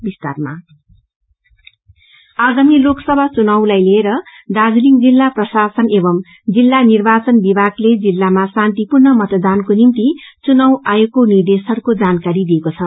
election code आगामी लोक सभा चुनाउलाई लिएर दार्जीलिङ जिल्ला प्रशासन एव जिल्ला निर्वाचन भिागले जिल्लामा शान्तिपूर्ण मतदानको निम्ति चुनाउ आयोगको निर्देशहरूको जानकारी दिएको छ